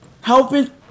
helping